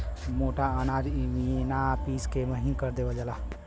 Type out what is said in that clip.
मोटा अनाज इमिना पिस के महीन कर देवल जाला